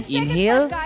Inhale